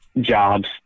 jobs